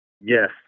Yes